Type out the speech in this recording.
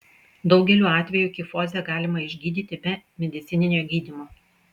daugeliu atvejų kifozę galima išgydyti be medicininio gydymo